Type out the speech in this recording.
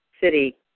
City